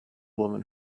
woman